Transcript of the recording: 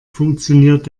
funktioniert